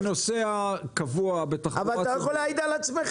כיוון שאני נוסע קבוע בתחבורה ציבורית --- אתה יכול להעיד על עצמך,